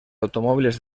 automóviles